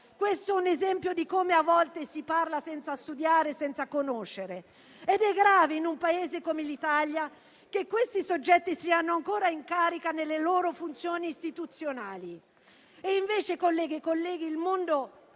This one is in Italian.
questo è un esempio di come a volte si parla senza studiare e senza conoscere. È grave che, in un Paese come l'Italia, questi soggetti siano ancora in carica nelle loro funzioni istituzionali. Invece, colleghe e colleghi, il mondo